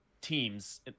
teams